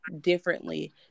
differently